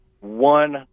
one